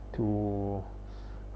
to